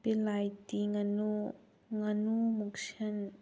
ꯕꯤꯂꯥꯏꯇꯤ ꯉꯥꯅꯨ ꯉꯥꯅꯨ ꯃꯨꯛꯁꯟ